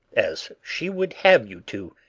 as she would have you to,